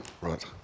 right